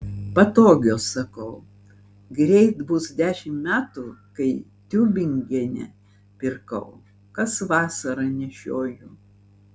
patogios sakau greit bus dešimt metų kai tiubingene pirkau kas vasarą nešioju